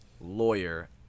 lawyer